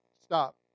stop